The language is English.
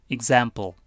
Example